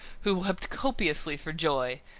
who wept copiously for joy,